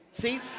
See